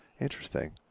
Interesting